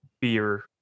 beer